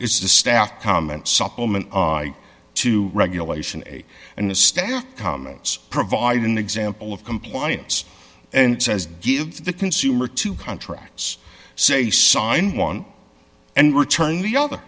a staff comment supplement to regulation and the staff comments provide an example of compliance and says give the consumer two contracts say sign one and return the other